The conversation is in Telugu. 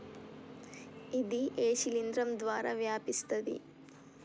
ఇది ఏ శిలింద్రం ద్వారా వ్యాపిస్తది?